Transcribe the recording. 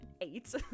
Eight